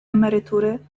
emerytury